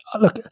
Look